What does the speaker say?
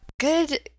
Good